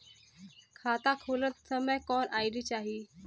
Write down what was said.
खाता खोलत समय कौन आई.डी चाही?